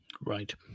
Right